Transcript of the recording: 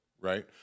right